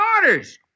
orders